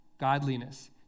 godliness